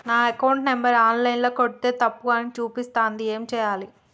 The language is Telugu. నా అకౌంట్ నంబర్ ఆన్ లైన్ ల కొడ్తే తప్పు అని చూపిస్తాంది ఏం చేయాలి?